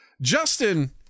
Justin